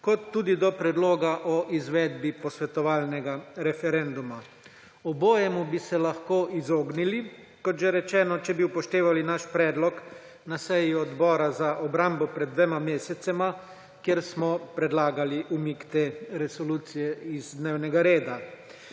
kot tudi do predloga o izvedbi posvetovalnega referenduma. Obojemu bi se lahko izognili, kot že rečeno, če bi upoštevali naš predlog na seji Odbora za obrambo pred dvema mesecema, kjer smo predlagali umik te resolucije z dnevnega reda.